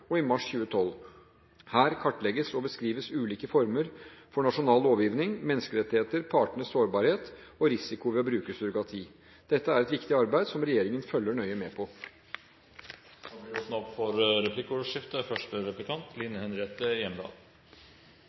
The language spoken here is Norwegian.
og i mars 2012. Her kartlegges og beskrives ulike former for nasjonal lovgivning, menneskerettigheter, partenes sårbarhet og risiko ved å bruke surrogati. Dette er et viktig arbeid som regjeringen følger nøye med på. Det blir åpnet opp for replikkordskifte.